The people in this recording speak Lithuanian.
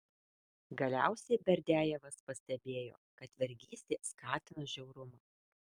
galiausiai berdiajevas pastebėjo kad vergystė skatina žiaurumą